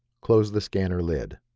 close the scanner lid.